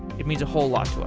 it means a whole lot to us